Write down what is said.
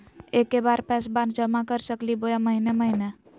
एके बार पैस्बा जमा कर सकली बोया महीने महीने?